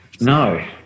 No